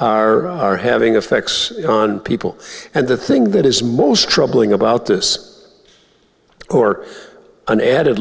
are are having effects on people and the thing that is most troubling about this are an added